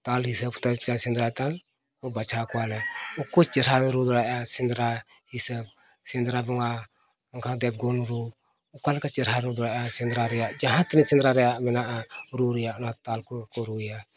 ᱛᱟᱞ ᱦᱤᱥᱟᱹᱵ ᱛᱮ ᱥᱮᱸᱫᱽᱨᱟ ᱛᱟᱭᱚᱢ ᱵᱟᱪᱷᱟᱣ ᱠᱚᱣᱟ ᱞᱮ ᱚᱠᱚᱭ ᱪᱮᱦᱨᱟᱭ ᱨᱩ ᱫᱟᱲᱮᱭᱟᱜᱼᱟ ᱥᱮᱸᱫᱽᱨᱟ ᱦᱤᱥᱟᱹᱵ ᱥᱮᱸᱫᱽᱨᱟ ᱵᱚᱸᱜᱟ ᱚᱱᱠᱟ ᱛᱮᱵᱚᱱ ᱵᱚ ᱚᱠᱟ ᱞᱮᱠᱟ ᱪᱮᱦᱨᱟᱭ ᱨᱩ ᱫᱟᱲᱮᱭᱟᱜᱼᱟ ᱥᱮᱸᱫᱽᱨᱟ ᱨᱮᱭᱟᱜ ᱡᱟᱦᱟᱸ ᱛᱤᱱᱟᱹᱜ ᱥᱮᱸᱫᱽᱨᱟ ᱨᱮᱭᱟᱜ ᱢᱮᱱᱟᱜᱼᱟ ᱨᱩ ᱨᱮᱭᱟᱜ ᱚᱱᱟ ᱛᱟᱞ ᱠᱚᱜᱮ ᱠᱚ ᱨᱩᱭᱟ